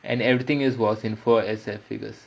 and everything was in four S_F figures